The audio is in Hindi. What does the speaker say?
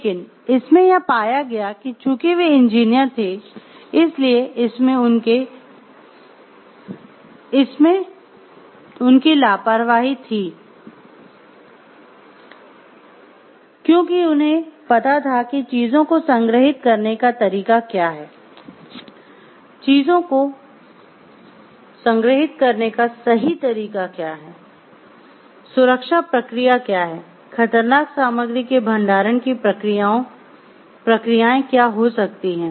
लेकिन इसमें यह पाया गया कि चूंकि वे इंजीनियर थे इसलिए इसमें करके उनकी लापरवाही थी क्योंकि उन्हें पता था कि चीजों को संग्रहीत करने का तरीका क्या है चीजों को संग्रहीत करने का सही तरीका क्या है सुरक्षा प्रक्रिया क्या है खतरनाक सामग्री के भंडारण की प्रक्रियाओं प्रक्रियाएं क्या हो सकती है